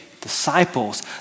disciples